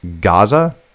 Gaza